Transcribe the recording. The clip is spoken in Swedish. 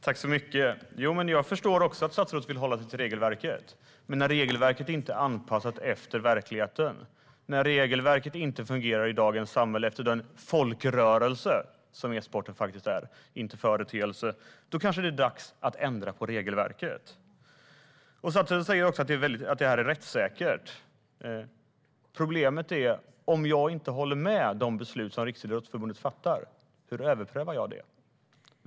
Fru talman! Jag förstår att statsrådet vill hålla sig till regelverket. Men när regelverket inte är anpassat efter verkligheten och inte fungerar i dagens samhälle med den folkrörelse som e-sporten faktiskt är - inte en "företeelse" - är det kanske dags att ändra på regelverket. Statsrådet säger också att det är rättssäkert. Problemet är att om jag inte håller med om ett beslut som Riksidrottsförbundet fattar, hur kan jag få det överprövat?